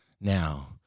Now